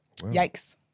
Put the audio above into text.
Yikes